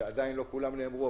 שעדיין לא כולן נאמרו,